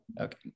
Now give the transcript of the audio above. Okay